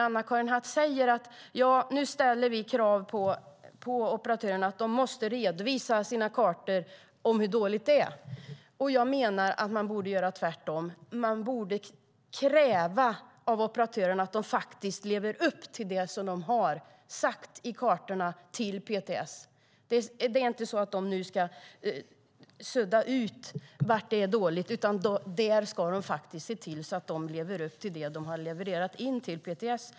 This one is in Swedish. Anna-Karin Hatt säger att man nu ställer krav på att operatörerna ska redovisa på sina kartor hur dåligt det är. Jag menar att man borde göra tvärtom. Man borde kräva av operatörerna att de faktiskt lever upp till det de har sagt till PTS genom kartorna. De ska inte sudda på kartorna där täckningen är dålig, utan de ska i stället se till att de faktiskt lever upp till den täckningsgrad som de har rapporterat in till PTS.